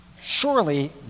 surely